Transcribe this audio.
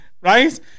right